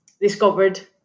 discovered